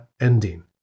ending